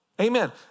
Amen